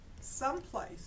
someplace